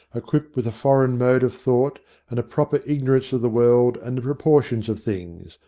equipped with a foreign mode of thought and a proper ignor ance of the world and the proportions of things,